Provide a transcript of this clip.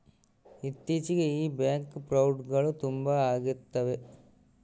ಇತ್ತೀಚಿಗೆ ಈ ಬ್ಯಾಂಕ್ ಫ್ರೌಡ್ಗಳು ತುಂಬಾ ಅಗ್ತಿದವೆ